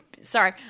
sorry